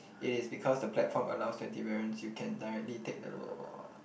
it is because the platform allows twenty variance you can directly take the